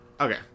Okay